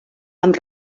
amb